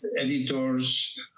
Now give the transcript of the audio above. editors